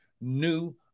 new